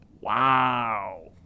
Wow